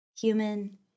human